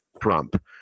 Trump